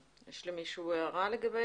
יש למישהו הערה לגבי